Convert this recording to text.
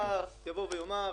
וצריך לבדוק את זה.